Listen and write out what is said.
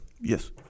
Yes